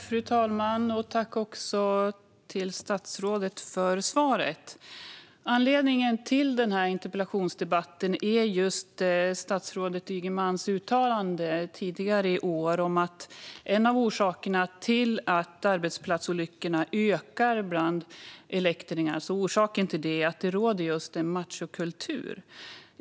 Fru talman! Tack, statsrådet, för svaret! Anledningen till den här interpellationsdebatten är just statsrådet Ygemans uttalande tidigare i år om att en av orsakerna till att antalet arbetsplatsolyckor ökar bland elektriker är att det råder en machokultur.